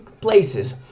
places